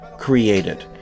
created